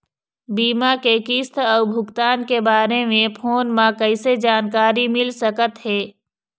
बीमा के किस्त अऊ भुगतान के बारे मे फोन म कइसे जानकारी मिल सकत हे?